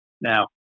Now